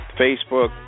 Facebook